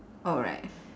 oh right